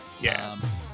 Yes